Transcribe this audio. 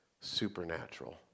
supernatural